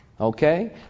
Okay